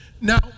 now